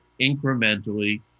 incrementally